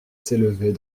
s’élever